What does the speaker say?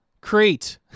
Crete